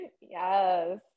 Yes